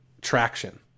traction